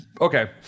Okay